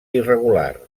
irregular